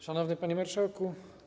Szanowny Panie Marszałku!